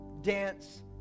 dance